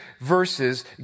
verses